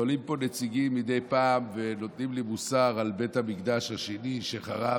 עולים פה נציגים מדי פעם ונותנים לי מוסר על בית המקדש השני שחרב,